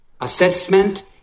assessment